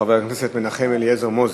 חבר הכנסת מנחם אליעזר מוזס.